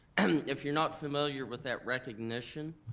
and if you're not familiar with that recognition,